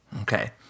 Okay